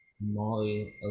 Molly